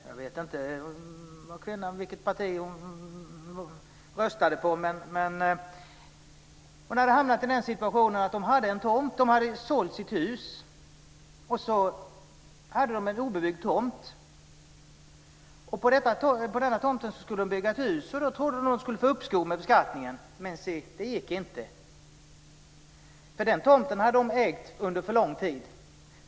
Jag vet inte vilket parti kvinnan röstade på. Kvinnan och hennes familj hade sålt sitt hus. De hade en obebyggd tomt. På denna tomt skulle de bygga ett hus. De trodde att de skulle få uppskov med beskattningen, men se, det gick inte. De hade ägt tomten under för lång tid.